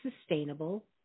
sustainable